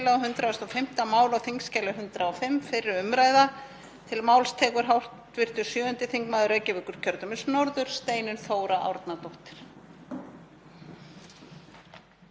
Frú forseti. Ég mæli hér fyrir tillögu til þingsályktunar um